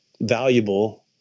valuable